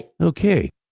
okay